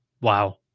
Wow